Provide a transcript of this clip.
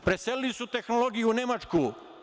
Preselili su tehnologiju u Nemačku.